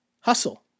hustle